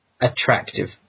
attractive